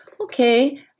Okay